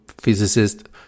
physicist